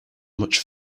much